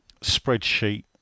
spreadsheet